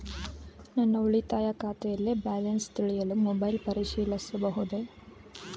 ನನ್ನ ಉಳಿತಾಯ ಖಾತೆಯಲ್ಲಿ ಬ್ಯಾಲೆನ್ಸ ತಿಳಿಯಲು ಮೊಬೈಲ್ ಪರಿಶೀಲಿಸಬಹುದೇ?